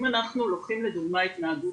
אם אנחנו לוקחים לדוגמה התנהגות